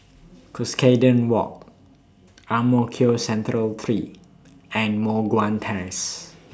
Cuscaden Walk Ang Mo Kio Central three and Moh Guan Terrace